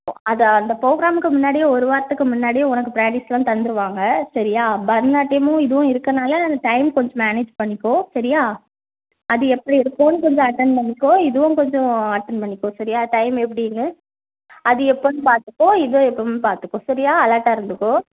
ஓ அது அந்த ப்ரோக்ராமுக்கு முன்னாடியே ஒரு வாரத்துக்கு முன்னாடியே உனக்கு ப்ராக்டீஸெலாம் தந்துடுவாங்க சரியா பரதநாட்டியமும் இதுவும் இருக்கறனால அந்த டைம் கொஞ்சம் மேனேஜ் பண்ணிக்கோ சரியா அது எப்படி இருக்குதுனு கொஞ்சம் அட்டண்ட் பண்ணிக்கோ இதுவும் கொஞ்சம் அட்டண்ட் பண்ணிக்கோ சரியா டைம் எப்படின்னு அது எப்போதுன்னு பார்த்துக்கோ இது எப்போதுன்னு பார்த்துக்கோ சரியா அலெர்ட்டாக இருந்துக்கோ